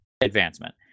Advancement